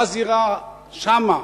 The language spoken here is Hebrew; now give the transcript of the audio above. בזירה שם,